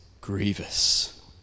grievous